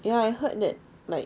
ya I heard that like